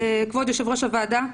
כבוד יושב ראש הוועדה,